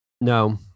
No